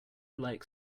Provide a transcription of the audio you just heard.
like